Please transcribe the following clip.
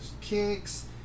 kicks